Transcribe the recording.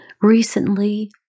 Recently